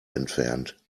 entfernt